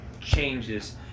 changes